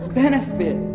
benefit